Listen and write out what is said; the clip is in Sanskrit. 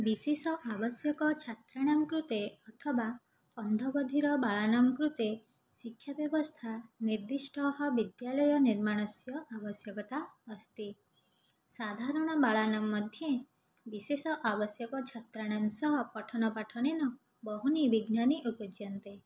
विशेष आवश्यकछात्राणां कृते अथवा अन्धबधिरबालानां कृते शिक्षाव्यवस्था निर्दिष्ठाः विद्यालयनिर्माणस्य आवश्यकता अस्ति साधारणबालानां मध्ये विशेष आवश्यकछात्राणां सह पठनपाठनेन बहूनि विघ्नानि अगच्छान्ति